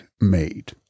made